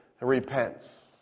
repents